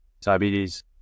diabetes